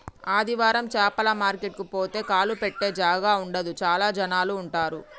ఆదివారం చాపల మార్కెట్ కు పోతే కాలు పెట్టె జాగా ఉండదు చాల జనాలు ఉంటరు